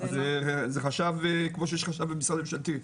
זה חשב כמו שיש חשב במשרד ממשלתי.